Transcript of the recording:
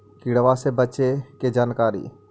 किड़बा से बचे के जानकारी?